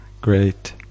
Great